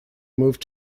moved